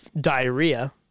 diarrhea